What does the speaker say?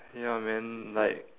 ya man like